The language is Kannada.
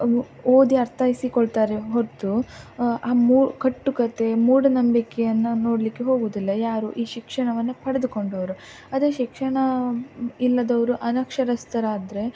ಓ ಓದಿ ಅರ್ಥೈಸಿಕೊಳ್ತಾರೆ ಹೊರತು ಆ ಮೂ ಕಟ್ಟುಕತೆ ಮೂಢನಂಬಿಕೆಯನ್ನು ನೋಡಲಿಕ್ಕೆ ಹೋಗುವುದಿಲ್ಲ ಯಾರು ಈ ಶಿಕ್ಷಣವನ್ನು ಪಡೆದುಕೊಂಡವರು ಅದೇ ಶಿಕ್ಷಣ ಇಲ್ಲದವರು ಅನಕ್ಷರಸ್ಥರಾದರೆ